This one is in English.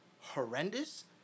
horrendous